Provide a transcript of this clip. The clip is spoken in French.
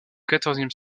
quatorzième